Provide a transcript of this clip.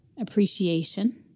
appreciation